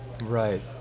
right